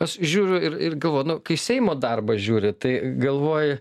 aš žiūriu ir ir galvoju nu kai seimo darbą žiūri tai galvoji